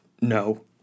no